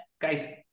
guys